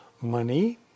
money